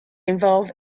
involve